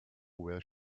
where